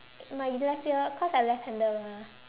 my left ear cause I left hander mah